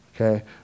Okay